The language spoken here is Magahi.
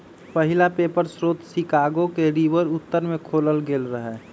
पहिला पेपर स्रोत शिकागो के रिवर उत्तर में खोलल गेल रहै